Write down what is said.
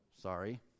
sorry